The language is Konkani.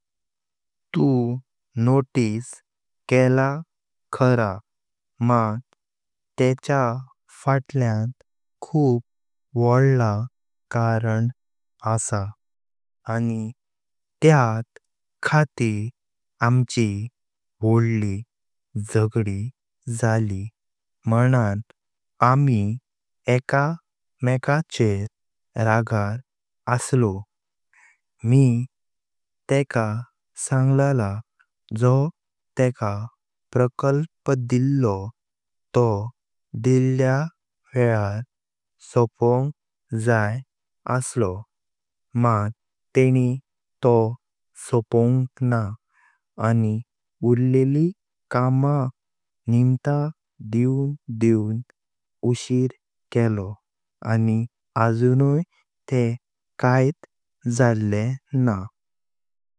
तु नोटिस केला खरा मात त्येच फाटल्यां खूप वोडलां कारण असा आनी त्यात खातीर आमची वोडली झगडी जाली मानांन आमी एका मेकाचेर रागार आसलो। मी तेका सांगला जो तेका प्रकल्प दिल्लो तो दिल्या वेळार सोपोंग जाय आसलो, मात तेनें तो सोपोंग ना आनी उर्लिली कामा निमता दिवन दिवन उशीर केलो आनी आजुंई तेह कायत झाल्ले ना।